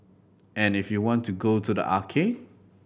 and if you want to go to the arcade